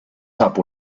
sap